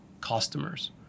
customers